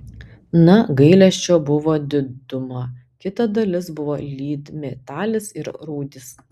na gailesčio buvo diduma kita dalis buvo lydmetalis ir rūdys